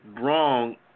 Wrong